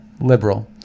liberal